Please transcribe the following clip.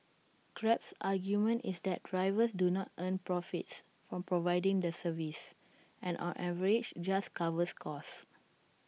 grab's argument is that drivers do not earn profits from providing the service and on average just covers costs